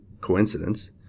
coincidence